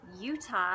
Utah